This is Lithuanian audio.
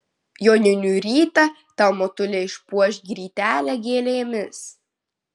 joninių rytą tau motulė išpuoš grytelę gėlėmis